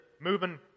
moving